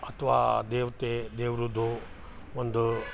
ಅಥವಾ ದೇವತೆ ದೇವ್ರದ್ದು ಒಂದು